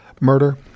murder